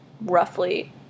roughly